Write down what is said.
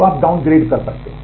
तो आप डाउनग्रेड कर सकते हैं